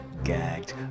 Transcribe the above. gagged